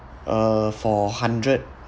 uh for hundred